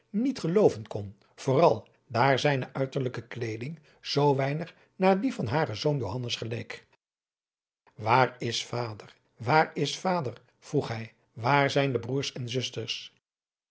niet gelooven kon vooral daar zijne uiterlijke kleeding zoo weinig naar die van haren zoon johannes geleek waar is vader waar is vader vroeg hij waar zijn de broêrs en zusters